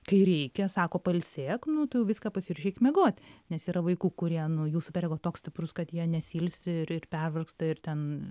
kai reikia sako pailsėk nu tu jau viską pasiruošei eik miegoti nes yra vaikų kurie nu jų super ego toks stiprus kad jie nesiilsi ir ir pervargsta ir ten